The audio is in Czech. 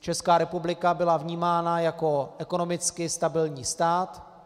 Česká republika byla vnímána jako ekonomicky stabilní stát.